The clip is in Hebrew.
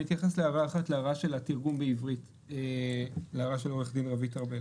אני אתייחס להערה אחת, להערה של עו"ד רוית ארבל